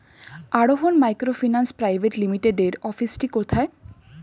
আরোহন microfinance private লিমিটেডের অফিসটি কোথায়?